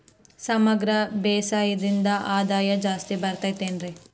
ಸಮಗ್ರ ಬೇಸಾಯದಿಂದ ಆದಾಯ ಜಾಸ್ತಿ ಬರತೈತೇನ್ರಿ?